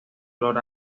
olor